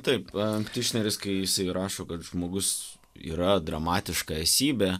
taip tišneris kai jisai rašo kad žmogus yra dramatiška esybė